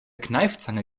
kneifzange